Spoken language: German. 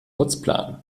putzplan